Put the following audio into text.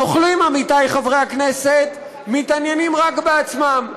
הנוכלים, עמיתי חברי הכנסת, מתעניינים רק בעצמם.